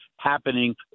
happening